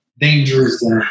dangerous